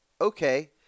okay